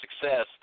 success